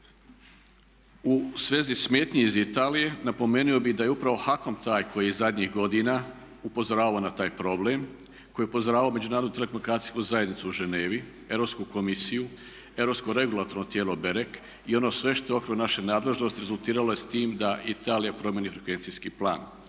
U svezi smetnji iz Italije napomeno bi da je upravo HAKOM taj koji je zadnjih godina upozoravao na taj problem, koji je upozoravao međunarodnu telekomunikacijsku zajednicu u Ženevi, Europsku komisiju, Europsko regulatorno tijelo BEREK i ono sve što je u okviru naše nadležnosti rezultiralo je s tim da Italija promjeni frekvencijski plan.